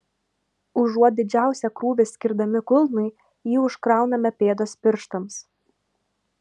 užuot didžiausią krūvį skirdami kulnui jį užkrauname pėdos pirštams